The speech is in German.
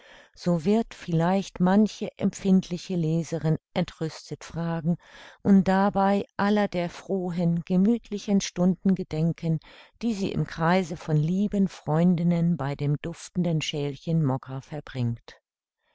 so wird vielleicht manche empfindliche leserin entrüstet fragen und dabei aller der frohen gemüthlichen stunden gedenken die sie im kreise von lieben freundinnen bei dem duftenden schälchen mokka verbringt